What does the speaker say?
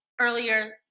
earlier